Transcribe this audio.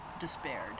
despaired